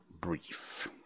brief